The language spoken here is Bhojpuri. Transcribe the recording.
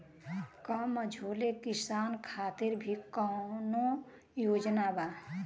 का मझोले किसान खातिर भी कौनो योजना बा?